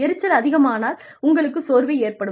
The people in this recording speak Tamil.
எரிச்சல் அதிகமானால் உங்களுக்குச் சோர்வு ஏற்படும்